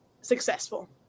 successful